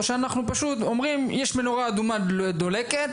או שאנחנו פשוט אומרים - יש מנורה אדומה דולקת,